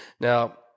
Now